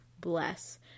bless